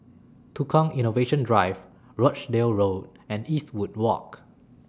Tukang Innovation Drive Rochdale Road and Eastwood Walk